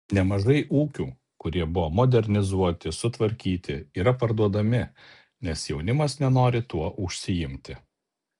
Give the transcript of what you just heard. nemažai ūkių kurie buvo modernizuoti sutvarkyti yra parduodami nes jaunimas nenori tuo užsiimti